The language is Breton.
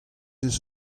eus